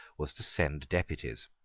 was to send deputies.